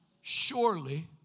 Surely